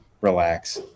relax